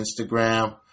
instagram